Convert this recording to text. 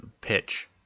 pitch